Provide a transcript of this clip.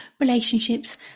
relationships